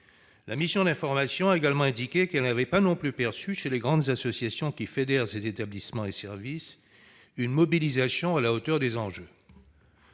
accueillent. Elle a également indiqué qu'elle n'avait pas non plus perçu chez les grandes associations qui fédèrent ces établissements et ces services une mobilisation à la hauteur des enjeux.